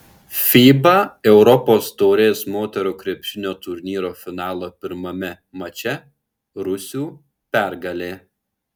fiba europos taurės moterų krepšinio turnyro finalo pirmame mače rusių pergalė